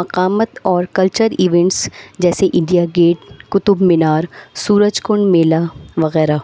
مقامات اور culture events جیسے India gate Qutub Minar Surajkund میلہ وغیرہ